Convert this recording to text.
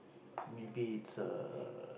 maybe it's a